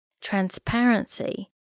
Transparency